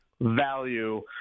value